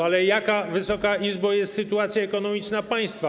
Ale jaka, Wysoka Izbo, jest sytuacja ekonomiczna państwa?